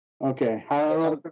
Okay